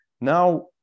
Now